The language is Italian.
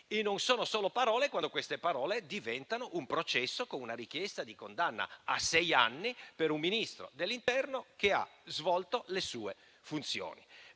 E non sono solo parole quando diventano un processo con una richiesta di condanna a sei anni per un Ministro dell'interno che ha svolto le sue funzioni.